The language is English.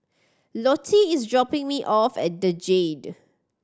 lottie is dropping me off at The Jade